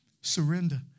Surrender